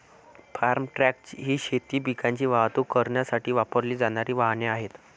form truck ही शेती पिकांची वाहतूक करण्यासाठी वापरली जाणारी वाहने आहेत